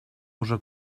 use